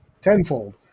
tenfold